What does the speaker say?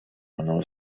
mną